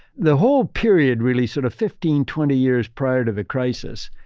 the whole period really, sort of fifteen twenty years prior to the crisis,